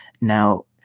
Now